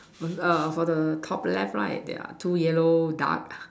with err for the top left right there are two yellow duck